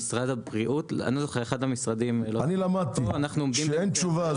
אני לא זוכר --- אני למדתי שכשאין תשובה